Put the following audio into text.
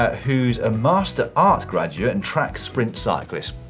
who's a master art graduate and track sprint cyclist.